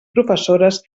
professores